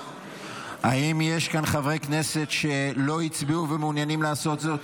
האם יש כאן חברי כנסת שלא הצביעו ומעוניינים לעשות זאת?